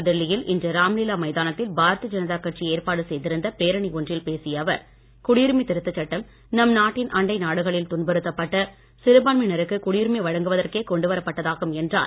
புதுடெல்லியில் இன்று ராம்லீலா மைதானத்தில் பாரதீய ஜனதா கட்சி ஏற்பாடு செய்யதிருந்த பேரணி ஒன்றில் பேசிய அவர் குடியுரிமை திருத்தச் சட்டம் நம் நாட்டின் அண்டை நாடுகளில் துன்புறத்தப்பட்ட சிறுபான்மையினருக்கு குடியுரிமை வழங்குவதற்கே கொண்டு என்றார்